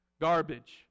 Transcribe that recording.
garbage